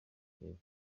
bieber